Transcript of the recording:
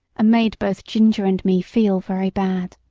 made both ginger and me feel very bad.